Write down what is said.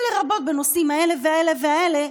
לרבות בנושאים האלה והאלה,